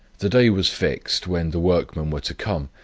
the day was fixed, when the workmen were to come,